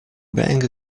bank